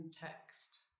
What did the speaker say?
text